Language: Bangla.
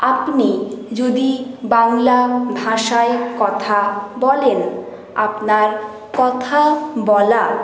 আপনি যদি বাংলা ভাষায় কথা বলেন আপনার কথা বলা